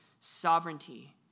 sovereignty